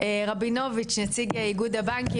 רבינוביץ נציג איגוד הבנקים,